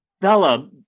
Bella